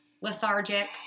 lethargic